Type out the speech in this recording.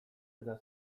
eta